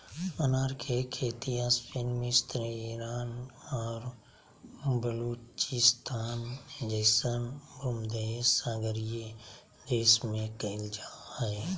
अनार के खेती स्पेन मिस्र ईरान और बलूचिस्तान जैसन भूमध्यसागरीय देश में कइल जा हइ